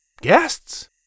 Guests